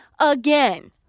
again